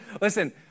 Listen